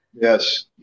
Yes